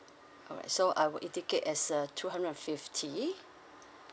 alright so I will indicate as a two hundred and fifty